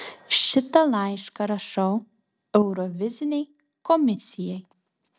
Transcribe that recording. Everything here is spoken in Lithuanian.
šitą laišką rašau eurovizinei komisijai